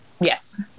Yes